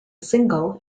single